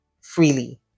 freely